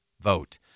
vote